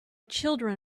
children